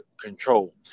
control